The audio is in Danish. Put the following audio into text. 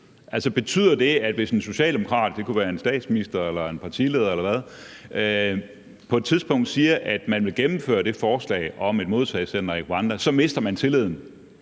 Betyder det, at hvis en socialdemokrat – det kunne være en statsminister eller en partileder eller noget andet – på et tidspunkt siger, at de vil gennemføre det forslag om et modtagecenter i Rwanda, mister De Radikale